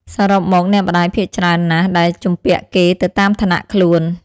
សរុបមក អ្នកម្ដាយភាគច្រើនណាស់ដែលជំពាក់គេទៅតាមឋានៈខ្លួន ៕